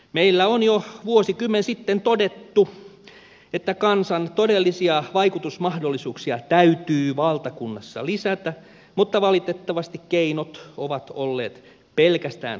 meillä on jo vuosikymmen sitten todettu että kansan todellisia vaikutusmahdollisuuksia täytyy valtakunnassa lisätä mutta valitettavasti keinot ovat olleet pelkästään kosmeettisia